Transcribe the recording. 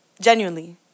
Genuinely